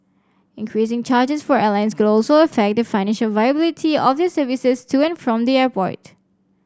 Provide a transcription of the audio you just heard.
increasing charges for airlines could also affect the financial viability of their services to and from the airport